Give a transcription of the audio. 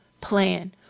plan